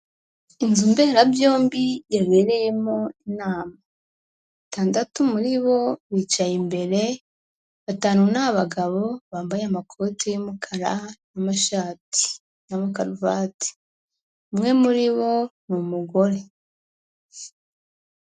Inzu mberabyombi yabereyemo inama, batandatu muri bo bicaye imbere, batanu ni abagabo bambaye amakoti y'umukara n'amashati n'amakaruvati, umwe muri bo ni umugore.